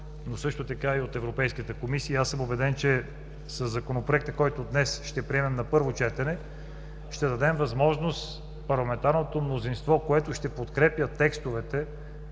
общество, така и от Европейската комисия. Убеден съм, че със Законопроекта, който днес ще приемем на първо четене, ще дадем възможност на парламентарното мнозинство, което ще подкрепи текстовете